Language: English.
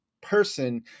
person